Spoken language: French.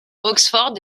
oxford